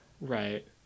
right